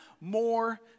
more